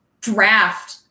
draft